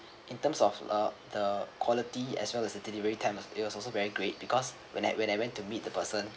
in terms of uh the quality as well as a delivery time it was also uh very great because when I when I went to meet the person